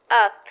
up